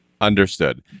Understood